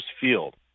Field